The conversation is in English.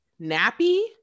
nappy